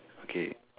okay